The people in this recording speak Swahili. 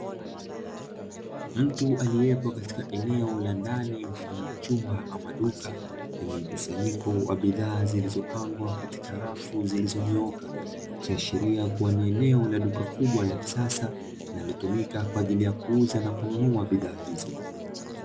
Mtu aliyepo katika eneo la ndani mfano wa chumba ama duka, lenye mkusanyiko wa bidhaa zilizopangwa katika rafu zilizonyooka, likiashiria kuwa ni eneo la duka la kisasa likitumika kwa ajili ya kuuza na kununua bidhaa hizo.